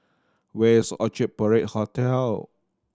where is Orchard Parade Hotel